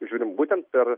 žiūrim būtent per